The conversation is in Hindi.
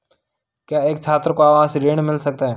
क्या एक छात्र को आवास ऋण मिल सकता है?